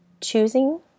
choosing